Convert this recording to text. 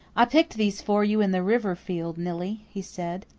i picked these for you in the river field, nillie, he said.